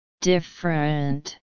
Different